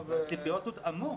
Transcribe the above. הציפיות הותאמו.